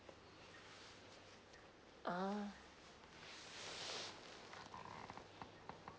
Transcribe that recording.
ah